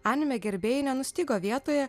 anime gerbėjai nenustygo vietoje